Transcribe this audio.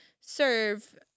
serve